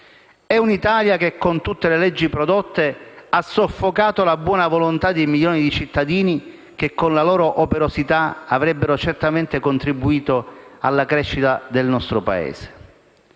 di un'Italia che, con tutte le leggi prodotte, ha soffocato la buona volontà di milioni di cittadini che, con la loro operosità, avrebbero certamente contribuito alla crescita del nostro Paese.